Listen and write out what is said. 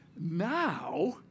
Now